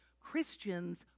Christians